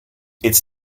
its